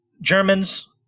Germans